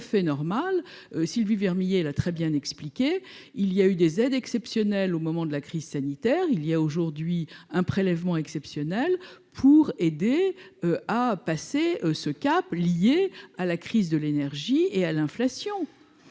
tout à fait normal Sylvie Vermeillet l'a très bien expliqué, il y a eu des aides exceptionnelles au moment de la crise sanitaire, il y a aujourd'hui un prélèvement exceptionnel pour aider à passer ce cap, lié à la crise de l'énergie et à l'inflation